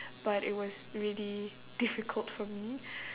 but it was really difficult for me